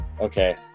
okay